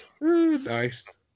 Nice